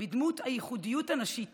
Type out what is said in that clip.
בדמות הייחודיות הנשית